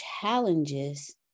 challenges